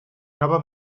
nova